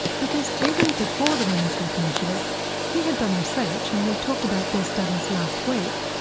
because even before the women's health initiative he had done research and we talked about these studies last week,